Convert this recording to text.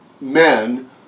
men